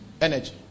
energy